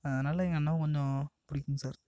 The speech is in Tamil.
அதனால் எங்கள் அண்ணாவை கொஞ்சம் பிடிக்கும் சார்